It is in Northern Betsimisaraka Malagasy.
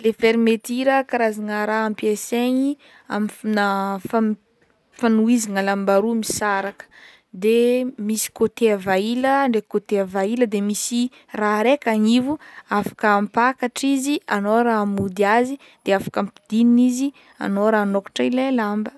Le fermetira, karazagna raha ampiasaigny am- f- na f fan- fanohizana lamba roa misaraka, de misy coté ava ila ndraiky coté avy ila de misy raha raiky anivo, afaka ampakatra izy agnao ra hamody azy de afaka ampidigniny izy agnao raha anokatra ilay lamba.